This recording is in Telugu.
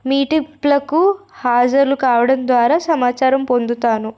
మీటింగులకు హాజర్లు కావడం ద్వారా సమాచారం పొందుతాను